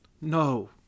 No